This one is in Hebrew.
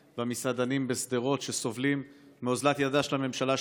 והמסעדנים בשדרות שסובלים מאוזלת ידה של הממשלה,